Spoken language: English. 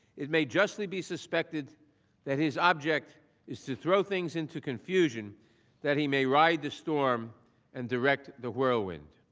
it may justly be suspected that his object is to throw things into confusion that he may ride the storm and direct the whirlwinds.